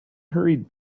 hurried